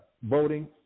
voting